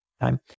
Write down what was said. time